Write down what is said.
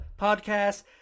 podcast